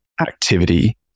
activity